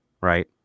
right